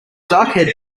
darkhaired